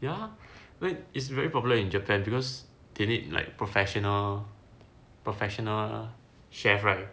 ya it is very popular in japan because they need like professional professional chef right